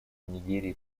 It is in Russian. нигерии